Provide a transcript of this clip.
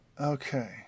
Okay